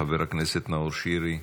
חבר הכנסת נאור שירי.